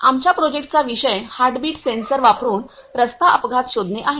आमच्या प्रोजेक्टचा विषय हार्टबीट सेंसर वापरुन रस्ता अपघात शोधणे आहे